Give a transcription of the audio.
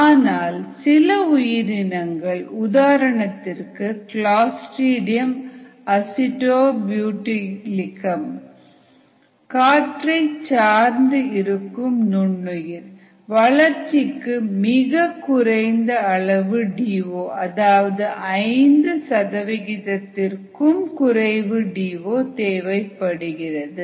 ஆனால் சில உயிரினங்கள் உதாரணத்திற்கு கிளாஸ்றிடியம் அசிடோபியூடைலிகம் காற்றை சார்ந்து இருக்கும் நுண்ணுயிர் வளர்ச்சிக்கு மிகக் குறைந்த அளவு டி ஓ அதாவது 5 சதவிகிதத்திற்கும் குறைவு டி ஓ தேவைப்படுகிறது